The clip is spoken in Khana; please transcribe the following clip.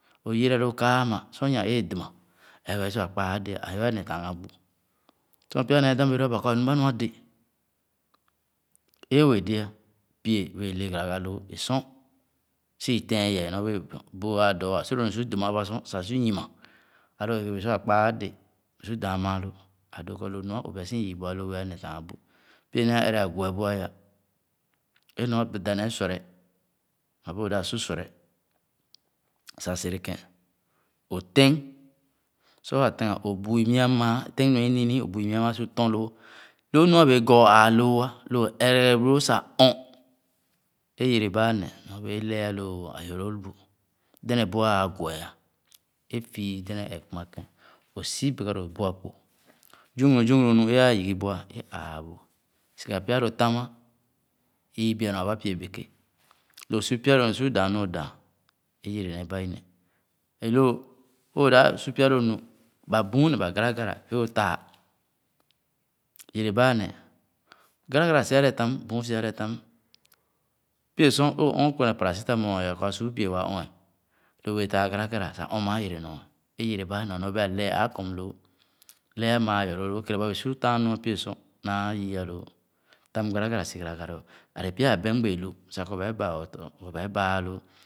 Õ yira lõõ kaa ama sor nya-éé é duma, ɛɛ waa si'wéé kpaa a'dé'a, a'be͂e͂ netaaghàn bu, sor pya ne͂e͂ nee dãn be͂e͂ loo ba kɔ alu ba nua de͂. É'o be͂e͂ de͂, pie be͂e͂ le͂ gàrãgà lõõ e͂ sor sii lɛ̃ɛ̃n yɛɛ nyorbe͂e͂ boo ãã dɔ'a a'su lõ nu su duma abà-sor sah su nyuma, ãlõ ébébe͂e͂ si we͂e͂ kpàà a'dé, su dãn maalõ, a'dõ kɔ lo nu a'obeasi yii bu a'lõ be͂a netaaghan bu Pye-néé a'ere abue bu ayà é m'a dàh nee surèh, nɔ be͂e͂ o'dãb su sureh sah sereken, o'tɛ̃ng, sor waa tɛ̃ngha, o'bui mia maa, tɛng nua ini-nii, o'bui mia maa su lɔ̃n lõõ. Loo nu a'be͂e͂ gɔr aa'loo, o'ɛgɛrelõõ sah ɔn é yerebà aneh nyorbe͂e͂ ẽ lɛɛ lõ ayɔloo bu; dɛnɛ bu'a agu'ɛ ã, efü dɛdɛ̃ɛ̃n ee kuma kẽn, õ'si beghadõõ buakpò. Zugunu zugunu nu é ayi ghi bu'a, é aa bu. Sigha pya lõ tãm ama, ii bia nɔ aba pie beke, lõõ su pya lo nu su dããn nu o'dããn ẽ yere nee ba ineh. Ẽ lõ õõ dãb su pya lõ nu, ba hu̠u̠n neh ba garagara o'taa, yereba aneh. Garagara si alɛɛ taun, bu̠u̠n si a'lɛɛ tam. Pye sor é o'ɔn kwene paracetamol aya kɔ asuu pie wa ɔn ẽ, lõ o'bee taa garagara sah ɔn unaa yere wɔ, ẽ yereba a'neh nɔ be͂e͂ a'lɛɛ'a akɔm lóó, lɛɛ maa ayɔlõõ, kèrè bã bẽẽ su tããn nua pye sor naa yii alõõ; tam garagara si garagalõ. A'lẽ pya abɛ̀m be͂e͂ lu sah kɔ baa'e͂ baa i'tɔ or ba é baa loo.